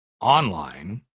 online